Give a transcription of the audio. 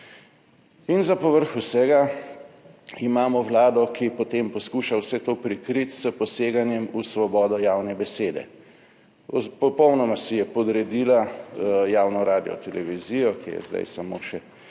In za povrh vsega imamo Vlado, ki potem poskuša vse to prikriti s poseganjem v svobodo javne besede. Popolnoma si je podredila javno radiotelevizijo, ki je zdaj samo še